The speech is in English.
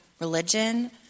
religion